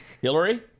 Hillary